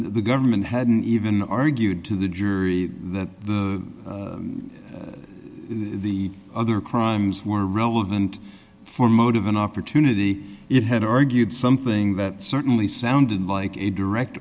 the government hadn't even argued to the jury that the other crimes were relevant for motive and opportunity it had argued something that certainly sounded like a direct